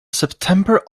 september